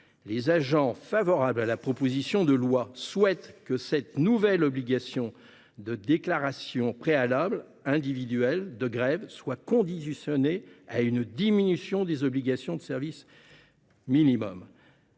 Les agents favorables à la proposition de loi souhaitent que cette nouvelle obligation de déclaration préalable individuelle de grève soit conditionnée à une diminution des obligations de service minimum.